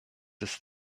ist